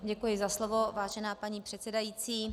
Děkuji za slovo, vážená paní předsedající.